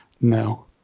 no